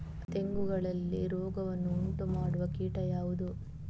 ತೆಂಗುಗಳಲ್ಲಿ ರೋಗವನ್ನು ಉಂಟುಮಾಡುವ ಕೀಟ ಯಾವುದು?